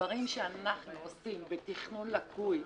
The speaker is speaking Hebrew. דברים שאנחנו עושים בתכנון לקוי,